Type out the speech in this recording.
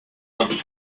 some